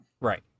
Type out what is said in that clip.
Right